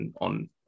on